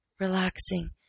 relaxing